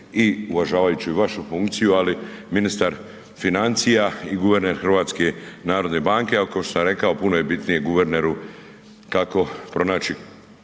i uvažavaju i vašu funkciju, ali ministar financija i guverner HNB-a, ali košto sam rekao puno je bitnije guverneru kako pronaći